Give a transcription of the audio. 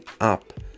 up